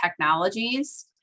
technologies